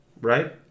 right